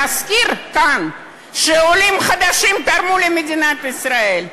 להזכיר כאן שעולים חדשים תרמו למדינת ישראל?